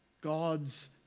God's